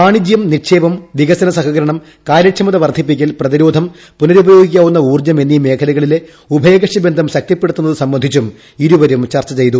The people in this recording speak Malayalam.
വാണിജ്യ നിക്ഷേപം വികസന സ്ഥ്ഹകരണം കാര്യക്ഷമത വർദ്ധിപ്പിക്കൽ പ്രതിരോധം പു്നരുപയോഗിക്കാവുന്ന ഊർജ്ജം എന്നീമേഖലകളിലെ ഉഭയകക്ഷി ബന്ധം ശക്തിപ്പെടുത്തുന്നത് സംബന്ധിച്ചും ഇരുവരും ചർച്ച ചെയ്തു